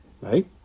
right